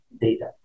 data